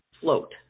float